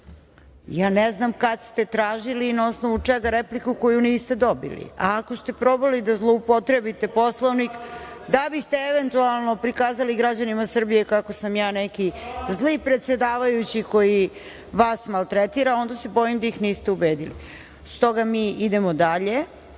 ja ne znam kad ste tražili i na osnovu čega repliku koju niste dobili. Ako ste probali da zloupotrebite Poslovnik da biste eventualno prikazali građanima Srbije kako sam ja neki zli predsedavajući koji vas maltretira, onda se bojim da ih niste ubedili. Stoga mi idemo dalje. Reč